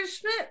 Schmidt